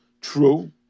true